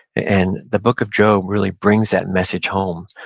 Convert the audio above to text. and the book of job really brings that message home.